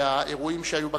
והאירועים שהיו בכנסת,